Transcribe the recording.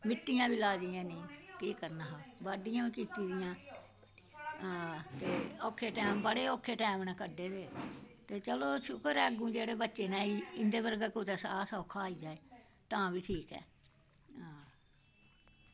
मिट्टियां बी लाई दियां हियां निं केह् करना हा बाड्ढियां बी कीती दियां आं ते ओक्खे टैम बड़े ओक्खे टैम न कड्ढे दे ते चलो केह् इयै बच्चे न ते इंदे पर गै साह् सौखा आई जा ते तां बी ठीक ऐ आं